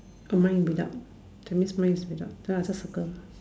um mine without that means mine is without then I just circle